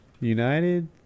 United